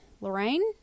Lorraine